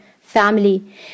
family